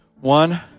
One